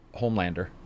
Homelander